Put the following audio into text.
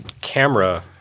camera